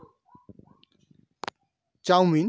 chowmein